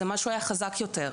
זה היה משהו חזק יותר.